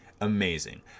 amazing